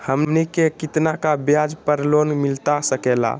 हमनी के कितना का ब्याज पर लोन मिलता सकेला?